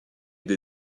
des